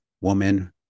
woman